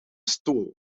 stoel